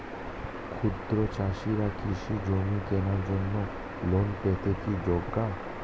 ক্ষুদ্র চাষিরা কৃষিজমি কেনার জন্য লোন পেতে কি যোগ্য?